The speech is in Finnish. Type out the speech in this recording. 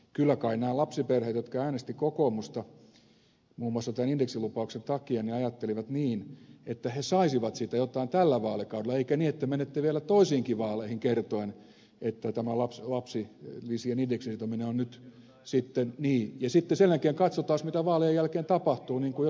kyllä kai nämä lapsiperheet jotka äänestivät kokoomusta muun muassa tämän indeksilupauksen takia ajattelivat niin että he saisivat siitä jotain tällä vaalikaudella eivätkä niin että menette vielä toisiinkin vaaleihin kertoen että tämä lapsilisien indeksiin sitominen on nyt sitten niin ja sitten sen jälkeen katsotaan taas mitä vaalien jälkeen tapahtuu niin kuin jo sanoin